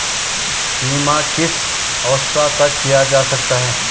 बीमा किस अवस्था तक किया जा सकता है?